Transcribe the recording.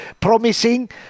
promising